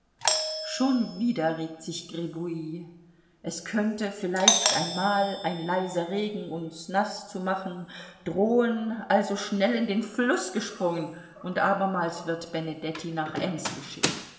schon wieder regt sich gribouille es könnte vielleicht einmal ein leiser regen uns naß zu machen drohen also schnell in den fluß gesprungen und abermals wird benedetti nach ems geschickt